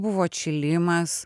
buvo atšilimas